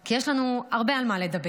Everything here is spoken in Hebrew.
כי יש לנו הרבה על מה לדבר.